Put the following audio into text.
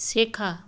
শেখা